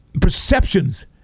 perceptions